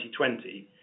2020